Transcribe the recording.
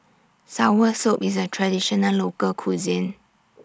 Soursop IS A Traditional Local Cuisine